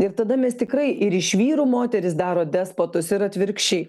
ir tada mes tikrai ir iš vyrų moterys daro despotus ir atvirkščiai